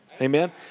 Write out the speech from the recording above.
Amen